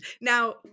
now